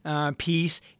piece